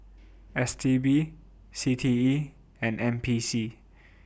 S T B C T E and N P C